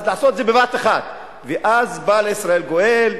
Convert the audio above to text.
אז לעשות את זה בבת-אחת, ואז בא לישראל גואל,